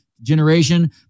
generation